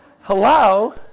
Hello